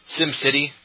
SimCity